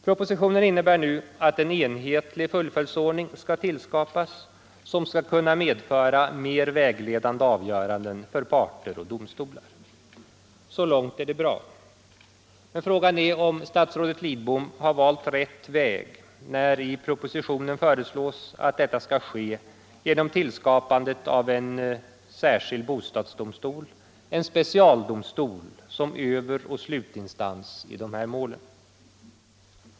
Propositionen innebär nu att det tillskapas en enhetlig fullföljdsordning som skall kunna medföra mer vägledande avgöranden för parter och domstolar. Så långt är det bra. Men frågan är om statsrådet Lidbom har valt rätt väg när han i propositionen föreslår att detta skall ske genom tillskapandet av en särskild bostadsdomstol, en specialdomstol, som överoch slutinstans i de här målen.